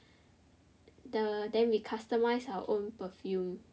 then we customise our own perfume